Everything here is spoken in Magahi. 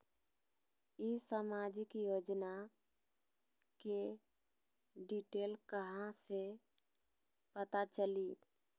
ई सामाजिक योजना के डिटेल कहा से पता चली?